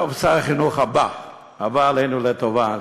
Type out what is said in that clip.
טוב, שר החינוך הבא, הבא עלינו לטובה,